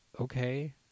okay